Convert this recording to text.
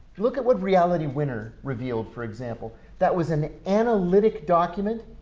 look at what reality winner revealed, for example that was an analytic document,